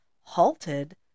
halted